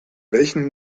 welchen